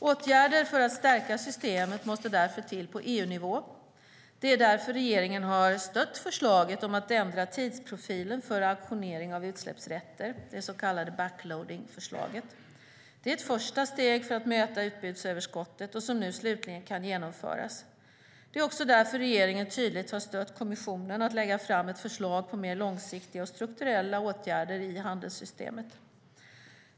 Åtgärder för att stärka systemet måste därför till på EU-nivå. Det är därför regeringen har stött förslaget om att ändra tidsprofilen för auktionering av utsläppsrätter, det så kallade backloadingförslaget. Det är ett första steg för att möta utbudsöverskottet, och nu kan det slutligen genomföras. Det är också därför regeringen tydligt har stött kommissionen i att lägga fram ett förslag på mer långsiktiga och strukturella åtgärder i handelssystemet.